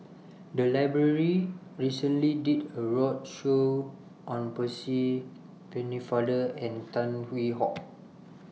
The Library recently did A roadshow on Percy Pennefather and Tan Hwee Hock